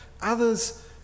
Others